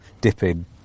dipping